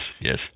yes